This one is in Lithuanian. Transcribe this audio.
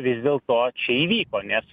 vis dėl to čia įvyko nes